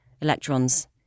electrons